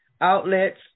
outlets